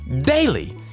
daily